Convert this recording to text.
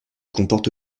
comporte